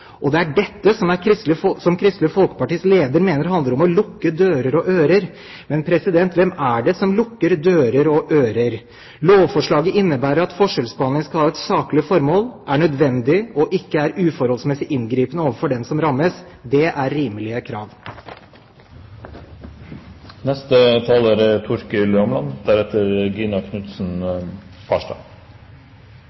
totalitært, det er dette som er grensen Høyre og Venstre ikke vil krysse, og det er dette som Kristelig Folkepartis leder mener handler om å lukke dører og ører. Men hvem er det som lukker dører og ører? Lovforslaget innebærer at forskjellsbehandling skal ha et saklig formål, er nødvendig og ikke er uforholdsmessig inngripende overfor den som rammes. Det er rimelige krav. Det er